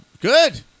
Good